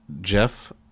Jeff